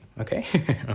okay